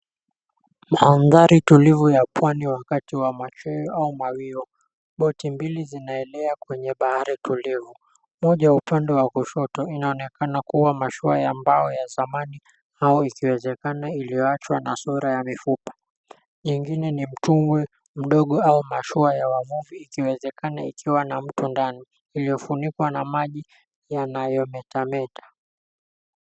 Mandhari tulivu ya pwani wakati wa machweo au mawio. Boti mbili zinaelea kwenye bahari tulivu, moja upande wa kushoto inaonekana kuwa mashua ya mbao ya zamani au ikiwezekana iliyoachwa na sura ya mifupa. Nyingine ni mtumbwi mdogo au mashua ya wavuvi, ikiwezekana ikiwa na mtu ndani, iliyofunikwa na maji yanayometameta.